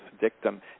dictum